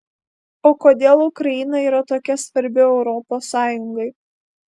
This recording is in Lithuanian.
o kodėl ukraina yra tokia svarbi europos sąjungai